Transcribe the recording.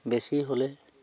বেছি হ'লে